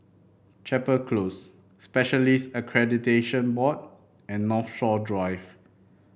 Chapel Close Specialists Accreditation Board and Northshore Drive